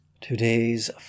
Today's